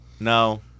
No